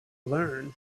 learn